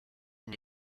une